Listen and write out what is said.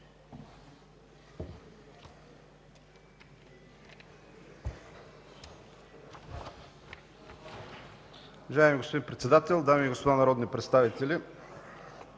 Уважаеми господин Председател, дами и господа народни представители!